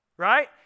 Right